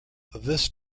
this